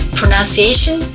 pronunciation